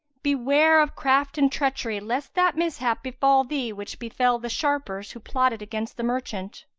beware of craft and treachery, lest that mishap befal thee which befel the sharpers who plotted against the merchant.